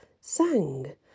sang